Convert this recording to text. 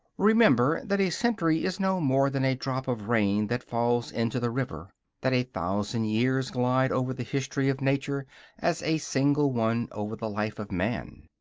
remember that a century is no more than a drop of rain that falls into the river that a thousand years glide over the history of nature as a single one over the life of man.